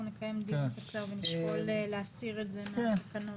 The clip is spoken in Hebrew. נקיים דיון קצר ונשקול להסיר את זה מהתקנות.